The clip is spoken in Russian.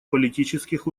политических